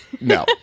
No